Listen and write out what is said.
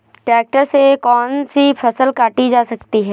Tractor से कौन सी फसल काटी जा सकती हैं?